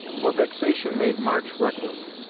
for vexation made march reckless.